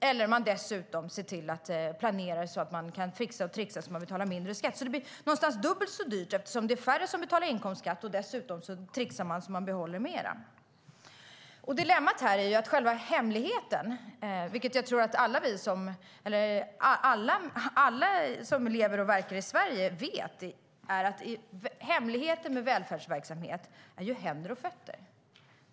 Man kanske dessutom ser till att planera, fixa och tricksa så att man betalar mindre skatt. Det blir alltså någonstans dubbelt så dyrt eftersom det är färre som betalar inkomstskatt och eftersom man dessutom tricksar så att man behåller mer. Dilemmat är att själva hemligheten med välfärdsverksamhet är händer och fötter. Det tror jag att alla som lever och verkar i Sverige vet.